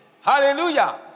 Hallelujah